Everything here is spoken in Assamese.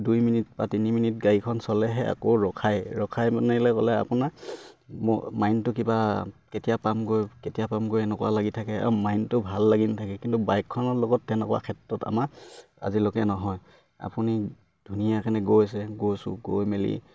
দুই মিনিট বা তিনি মিনিট গাড়ীখন চলেহে আকৌ ৰখাই ৰখাই মানে গ'লে আপোনাৰ ম মাইণ্ডটো কিবা কেতিয়া পামগৈ কেতিয়া পামগৈ এনেকুৱা লাগি থাকে আৰু মাইণ্ডটো ভাল লাগি নেথাকে কিন্তু বাইকখনৰ লগত তেনেকুৱা ক্ষেত্ৰত আমাৰ আজিলৈকে নহয় আপুনি ধুনীয়াকে গৈছে গৈছোঁ গৈ মেলি